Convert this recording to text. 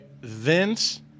Vince